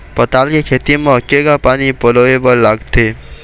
पताल के खेती म केघा पानी पलोए बर लागथे?